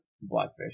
Blackfish